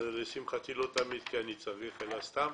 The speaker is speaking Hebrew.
לשמחתי לא תמיד כי אני צריך, אלא סתם.